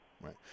Right